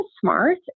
smart